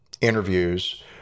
interviews